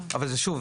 אבל שוב,